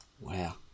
Wow